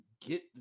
get